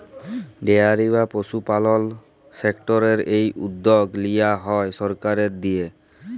dairy বা পশুপালল সেক্টরের এই উদ্যগ লিয়া হ্যয় সরকারের দিঁয়ে